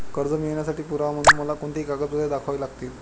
कर्ज मिळवण्यासाठी पुरावा म्हणून मला कोणती कागदपत्रे दाखवावी लागतील?